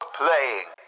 playing